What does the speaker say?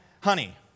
honey